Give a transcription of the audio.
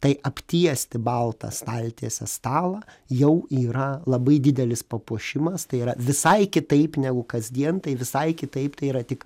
tai aptiesti balta staltiese stalą jau yra labai didelis papuošimas tai yra visai kitaip negu kasdien tai visai kitaip tai yra tik